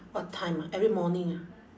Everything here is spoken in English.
what time ah every morning ah